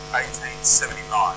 1879